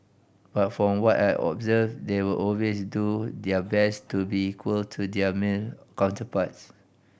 but from what I observed they will always do their best to be equal to their male counterparts